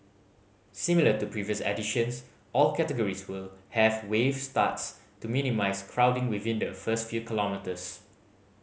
similar to previous editions all categories will have wave starts to minimise crowding within the first few kilometres